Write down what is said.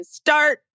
start